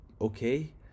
okay